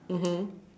mmhmm